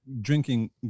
drinking